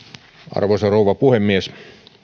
arvoisa rouva puhemies